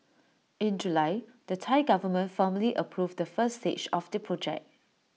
in July the Thai Government formally approved the first stage of the project